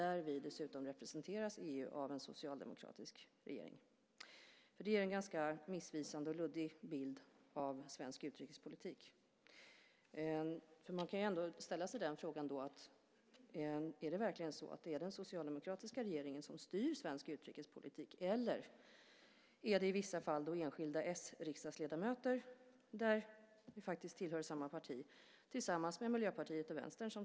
Vi representeras dessutom i EU av en socialdemokratisk regering. Det ger en missvisande och luddig bild av svensk utrikespolitik. Man kan ju fråga sig om det verkligen är den socialdemokratiska regeringen som styr svensk utrikespolitik eller om det i vissa fall är enskilda s-riksdagsledamöter som styr tillsammans med Miljöpartiet och Vänstern.